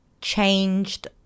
changed